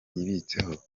yibitseho